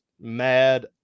mad